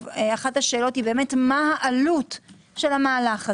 אחת השאלות היא מה עלות המהלך הזה,